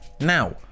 Now